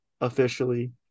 Officially